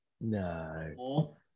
No